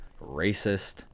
racist